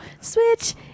switch